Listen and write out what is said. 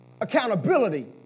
accountability